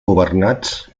governats